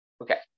Okay